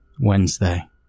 Wednesday